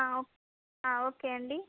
okay అండి